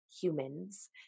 humans